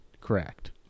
correct